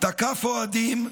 תקף אוהדים,